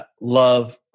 love